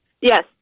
Yes